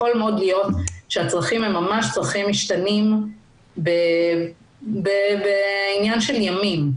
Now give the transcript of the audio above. יכול מאוד להיות שהצרכים הם ממש צרכים משתנים וזה עניין של ימים.